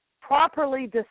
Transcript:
properly